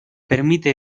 permite